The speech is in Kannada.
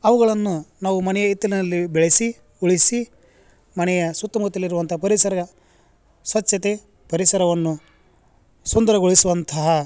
ಅವುಗಳನ್ನು ನಾವು ಮನೆಯ ಹಿತ್ತಲಿನಲ್ಲಿ ಬೆಳೆಸಿ ಉಳಿಸಿ ಮನೆಯ ಸುತ್ತಮುತ್ತಲಿರುವಂಥ ಪರಿಸರ ಸ್ವಚ್ಛತೆ ಪರಿಸರವನ್ನು ಸುಂದರಗೊಳಿಸುವಂತಹ